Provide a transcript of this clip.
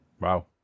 Wow